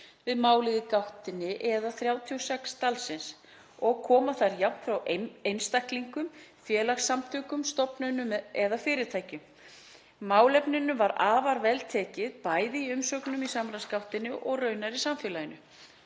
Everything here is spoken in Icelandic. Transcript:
við málið í gáttinni eða 36 talsins og koma þær jafnt frá einstaklingum, félagasamtökum, stofnunum eða fyrirtækjum. Málefninu var afar vel tekið, bæði í umsögnum í samráðsgáttinni og raunar í samfélaginu.